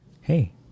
Hey